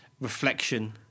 reflection